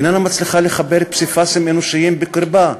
איננה מצליחה לחבר פסיפסים אנושיים בקרבה,